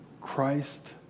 Christ